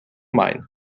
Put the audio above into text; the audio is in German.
main